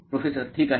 professor ठीक आहे